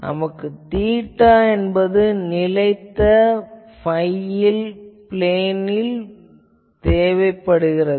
நமக்கு தீட்டா என்பது நிலைத்த phi பிளேனில் வேண்டும்